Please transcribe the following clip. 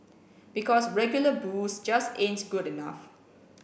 because regular booze just ain't good enough